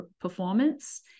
performance